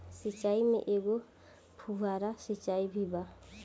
सिचाई में एगो फुव्हारा सिचाई भी बा